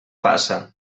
passa